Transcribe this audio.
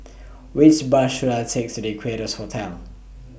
Which Bus should I Take to Equarius Hotel